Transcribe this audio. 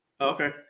Okay